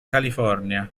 california